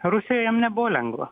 rusijoj jam nebuvo lengva